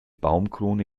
baumkrone